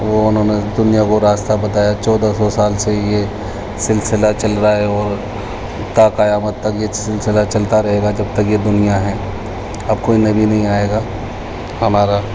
وہ انہوں نے دنیا کو راستہ بتایا چودہ سو سال سے یہ سلسلہ چل رہا ہے اور تا قیامت تک یہ سلسلہ چلتا رہے گا جب تک یہ دنیا ہیں اب کوئی نبی نہیں آئے گا ہمارا